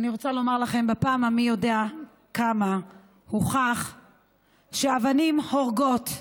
אני רוצה לומר לכם בפעם המי יודע כמה שהוכח שאבנים הורגות,